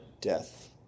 death